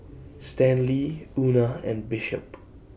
Stanley Una and Bishop